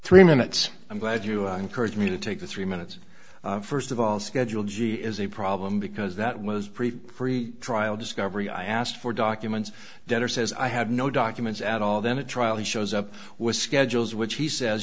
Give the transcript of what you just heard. three minutes i'm glad you encouraged me to take the three minutes first of all schedule g is a problem because that was pretty pretrial discovery i asked for documents that are says i have no documents at all then a trial he shows up with schedules which he says